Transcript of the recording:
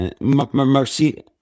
Mercy